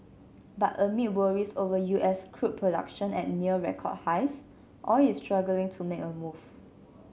but amid worries over U S crude production at near record highs oil is struggling to make a move